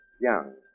young